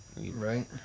right